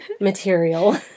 material